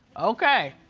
okay,